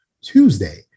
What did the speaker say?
tuesday